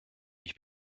ich